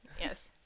yes